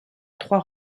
trois